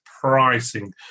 pricing